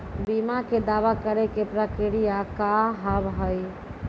बीमा के दावा करे के प्रक्रिया का हाव हई?